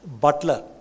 butler